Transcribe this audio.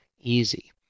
easy